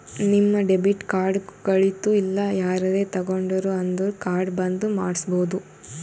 ನಿಮ್ debit card ಕಳಿತು ಇಲ್ಲ ಯಾರರೇ ತೊಂಡಿರು ಅಂದುರ್ ಕಾರ್ಡ್ ಬಂದ್ ಮಾಡ್ಸಬೋದು